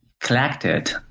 collected